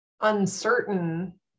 uncertain